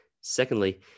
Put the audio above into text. Secondly